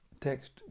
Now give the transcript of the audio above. text